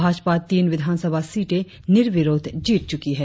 भाजपा तीन विधानसभा सीटें निर्विरोध जीत चुकी है